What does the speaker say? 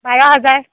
বাৰ হাজাৰ